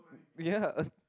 ya